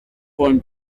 wollen